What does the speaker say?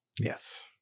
Yes